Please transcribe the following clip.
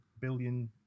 billion